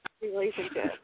relationship